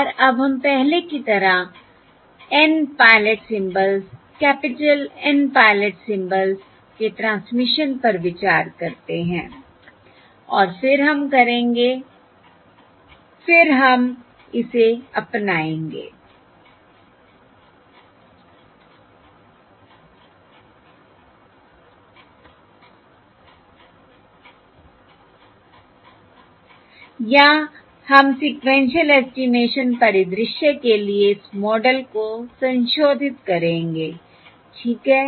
और अब हम पहले की तरह N pilot symbols capital N pilot symbols के ट्रांसमिशन पर विचार करते हैं और फिर हम करेंगे फिर हम इसे अपनाएंगे या हम सीक्वेन्शिअल एस्टिमेशन परिदृश्य के लिए इस मॉडल को संशोधित करेंगे ठीक है